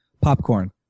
popcorn